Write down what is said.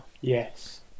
Yes